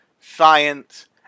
science